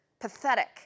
Pathetic